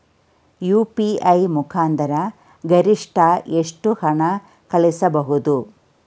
UPI ಮುಖಾಂತರ ಗರಿಷ್ಠ ಎಷ್ಟು ಹಣ ಕಳಿಸಬಹುದು?